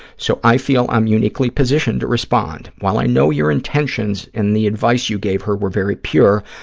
so i feel i'm uniquely positioned to respond. while i know your intentions and the advice you gave her were very pure,